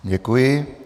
Děkuji.